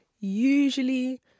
usually